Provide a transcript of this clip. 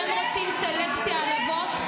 אתה רוצה סלקציה על אימהות?